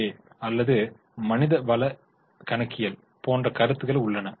ஏ அல்லது மனிதவள கணக்கியல் போன்ற கருத்துக்கள் உள்ளன